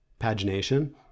pagination